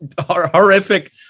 horrific